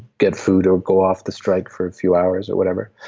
get food or go off the strike for a few hours or whatever